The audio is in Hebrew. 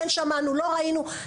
לא שמענו ולא ראינו.